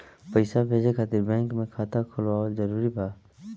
पईसा भेजे खातिर बैंक मे खाता खुलवाअल जरूरी बा?